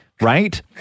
Right